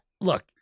Look